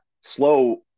slow